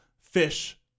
fish